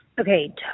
Okay